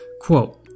Quote